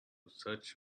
search